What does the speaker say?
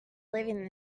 living